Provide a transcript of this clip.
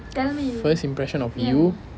first impression of you